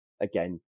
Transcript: again